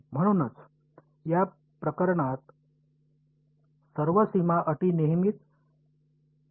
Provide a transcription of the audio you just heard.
म्हणूनच या प्रकरणात सर्व सीमा अटी नेहमीच निर्दिष्ट केल्या पाहिजेत